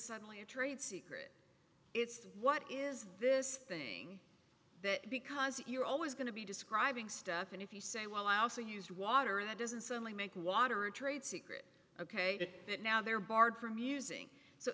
suddenly a trade secret it's what is this thing that because you're always going to be describing stuff and if you say well i also use water that doesn't suddenly make water a trade secret ok that now there are barred from using so